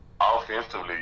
offensively